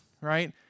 right